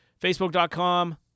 Facebook.com